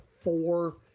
four